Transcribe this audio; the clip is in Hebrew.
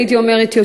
הייתי אומרת,